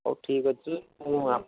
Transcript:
ହେଉ ଠିକ ଅଛି ମୁଁ ଆପ